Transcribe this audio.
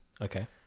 okay